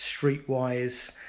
streetwise